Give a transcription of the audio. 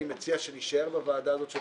אני מציע שנישאר בוועדה הזאת,